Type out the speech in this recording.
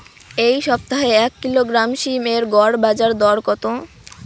এই সপ্তাহে এক কিলোগ্রাম সীম এর গড় বাজার দর কত?